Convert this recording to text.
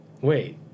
Wait